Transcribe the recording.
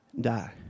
die